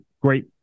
great